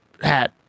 hat